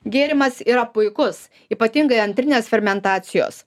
gėrimas yra puikus ypatingai antrinės fermentacijos